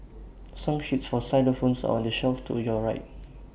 song sheets for xylophones on the shelf to your right